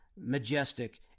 majestic